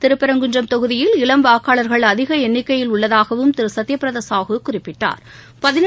திருப்பரங்குன்றம் தொகுதியில் இளம் வாக்காளர்கள் அதிக எண்ணிக்கையில் உள்ளதாகவும் திரு சத்ய பிரதா சாஹூ குறிப்பிட்டாா்